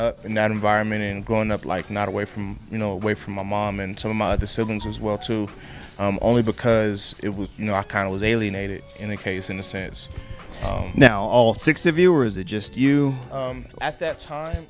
up in that environment and growing up like not away from you know away from my mom and some of the siblings as well too only because it was you know i kind of was alienated in a case in a sense now all six of you or is it just you at that